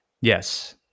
Yes